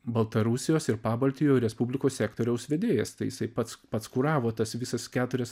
baltarusijos ir pabaltijo respublikų sektoriaus vedėjas tai jisai pats pats kuravo tas visas keturias